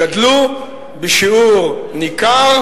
גדלו בשיעור ניכר,